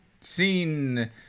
seen